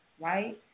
right